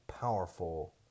powerful